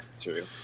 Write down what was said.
True